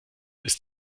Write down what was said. ist